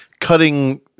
Cutting